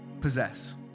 possess